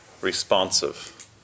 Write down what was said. responsive